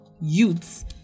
youths